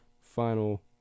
final